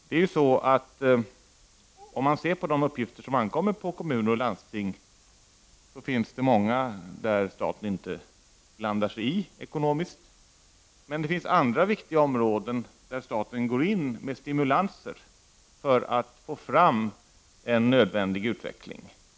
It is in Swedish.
När det gäller de uppgifter som ankommer på kommuner och landsting finns det många områden där staten inte blandar sig i ekonomiskt. Det finns andra viktiga områden där staten går in med stimulanser för att få fram en nödvändig utveckling.